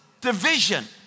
division